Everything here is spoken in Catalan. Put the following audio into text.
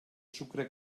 sucre